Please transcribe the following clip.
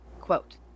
Quote